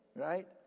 right